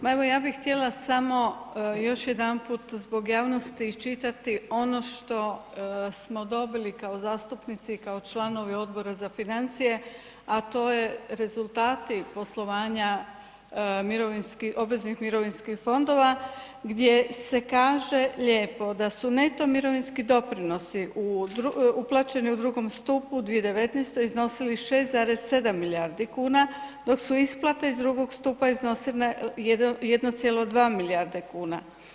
Ma evo ja bih htjela samo još jedanput zbog javnosti iščitati ono što smo dobili kao zastupnici i kao članovi Odbora za financije, a to je rezultati poslovanja obaveznih mirovinskih fondova, gdje se kaže lijepo da su neto mirovinski doprinosi uplaćeni u II. stupu 2019. iznosili 6,7 milijardi kuna, dok su isplate iz II. stupa iznose 1,2 milijarde kuna.